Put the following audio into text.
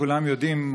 כולם יודעים,